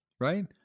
right